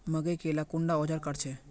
मकई के ला कुंडा ओजार काट छै?